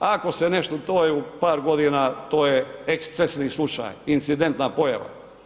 Ako se nešto, to je u par godina, to je ekscesni slučaj, incidentna pojava.